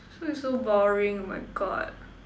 so is so boring oh my god